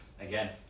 Again